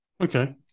Okay